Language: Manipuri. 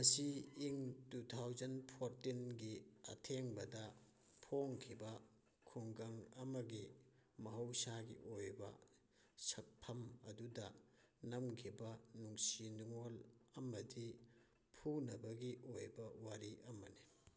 ꯃꯁꯤ ꯏꯪ ꯇꯨ ꯊꯥꯎꯖꯟ ꯐꯣꯔꯇꯤꯟꯒꯤ ꯑꯊꯦꯡꯕꯗ ꯐꯣꯡꯈꯤꯕ ꯈꯨꯡꯒꯪ ꯑꯃꯒꯤ ꯃꯍꯧꯁꯥꯒꯤ ꯑꯣꯏꯕ ꯁꯛꯐꯝ ꯑꯗꯨꯗ ꯅꯝꯈꯤꯕ ꯅꯨꯡꯁꯤ ꯅꯨꯡꯉꯣꯜ ꯑꯃꯗꯤ ꯐꯨꯅꯕꯒꯤ ꯑꯣꯏꯕ ꯋꯥꯔꯤ ꯑꯃꯅꯤ